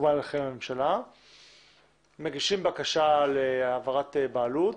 שמקובלת עליכם, מגישים בקשה להעברת בעלות,